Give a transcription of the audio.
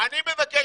אני מבקש